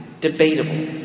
debatable